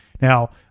Now